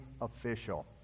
official